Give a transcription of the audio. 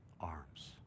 arms